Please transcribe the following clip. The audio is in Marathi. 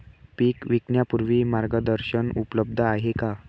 पीक विकण्यापूर्वी मार्गदर्शन उपलब्ध आहे का?